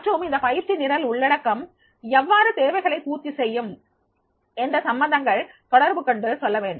மற்றும் இந்த பயிற்சி நிரல் உள்ளடக்கம் எவ்வாறு தேவைகளை பூர்த்திசெய்யும் என்ற சம்பந்தங்கள் தொடர்பு கொண்டு சொல்ல வேண்டும்